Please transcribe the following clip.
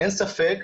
אין ספק,